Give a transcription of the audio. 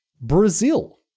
Brazil